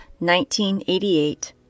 1988